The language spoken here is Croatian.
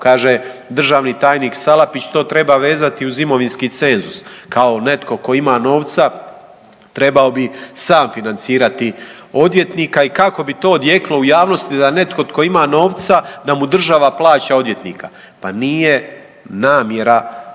Kaže državni tajnik Salapić to treba vezati uz imovinski cenzus kao netko tko ima novca trebao bi sam financirati odvjetnika i kako bi to odjeknulo u javnosti da netko tko ima novca da mu država plaća odvjetnika. Pa nije namjera,